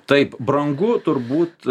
taip brangu turbūt